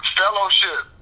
fellowship